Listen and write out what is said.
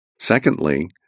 Secondly